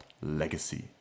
legacy